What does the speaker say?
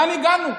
לאן הגענו?